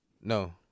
No